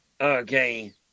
okay